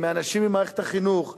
של אנשים במערכת החינוך,